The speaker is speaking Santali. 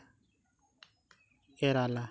ᱠᱮᱨᱟᱞᱟ